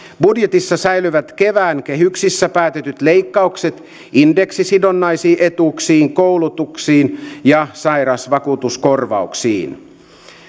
budjetissa säilyivät kevään kehyksissä päätetyt leikkaukset indeksisidonnaisiin etuuksiin koulutukseen ja sairausvakuutuskorvauksiin